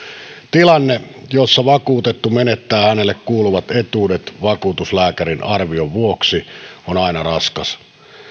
tilanne jossa vakuutettu menettää hänelle kuuluvat etuudet vakuutuslääkärin arvion vuoksi on aina raskas